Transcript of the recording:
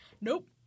nope